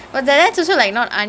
among the twenty